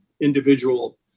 individual